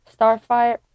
Starfire